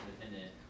independent